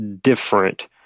different